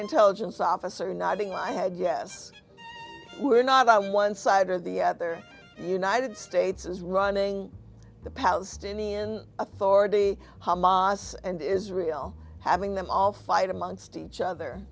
intelligence officer nodding my head yes we're not on one side or the other united states is running the palestinian authority hamas and israel having them all fight amongst each other